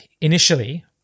initially